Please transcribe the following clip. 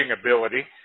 ability